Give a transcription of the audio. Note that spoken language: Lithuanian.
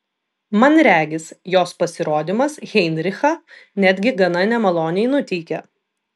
man regis jos pasirodymas heinrichą netgi gana nemaloniai nuteikė